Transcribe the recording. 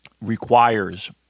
requires